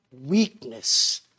weakness